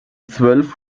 zwölf